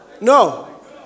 No